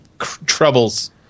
troubles